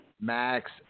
Max